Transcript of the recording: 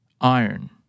Iron